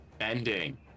Ending